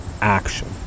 action